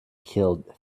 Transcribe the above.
killed